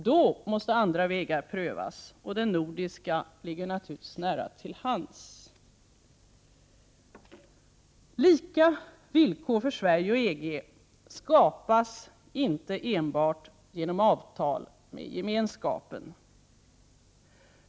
Då måste andra vägar prövas. Den nordiska ligger naturligtvis nära till hands. Lika villkor för Sverige och EG skapas inte enbart genom avtal med Gemenskapen.